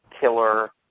killer